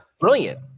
brilliant